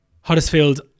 Huddersfield